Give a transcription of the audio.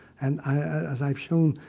and as i've shown,